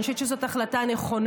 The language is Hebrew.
אני חושבת שזו החלטה נכונה,